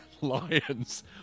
Lions